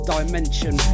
Dimension